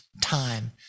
time